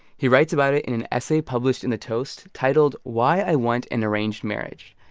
he writes about it in an essay published in the toast titled why i want an arranged marriage.